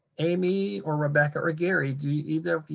amy or rebecca or gary, do either,